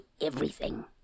everything